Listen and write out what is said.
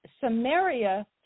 Samaria